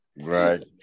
Right